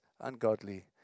ungodly